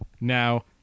Now